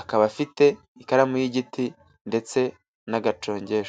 akaba afite ikaramu y'igiti ndetse n'agacongesho.